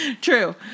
True